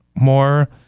more